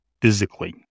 physically